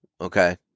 Okay